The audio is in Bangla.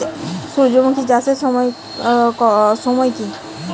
সূর্যমুখী চাষের সঠিক সময় কি?